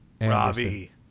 Robbie